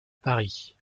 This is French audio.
paris